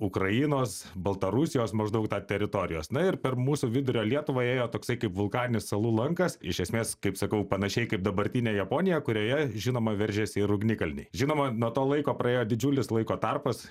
ukrainos baltarusijos maždaug tą teritorijos na ir per mūsų vidurio lietuvą ėjo toksai kaip vulkaninių salų lankas iš esmės kaip sakau panašiai kaip dabartinė japonija kurioje žinoma veržiasi ir ugnikalniai žinoma nuo to laiko praėjo didžiulis laiko tarpas